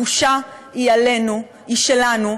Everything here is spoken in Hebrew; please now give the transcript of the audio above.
הבושה היא עלינו, היא שלנו,